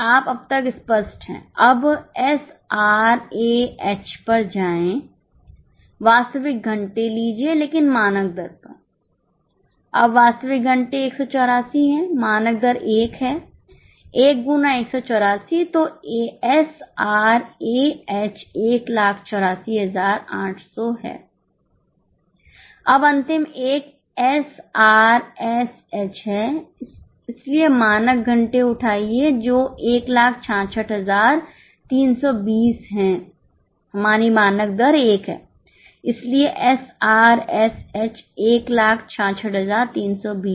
अब अंतिम एक एसआरएसएच 166320 है क्या आप समझ रहे हैं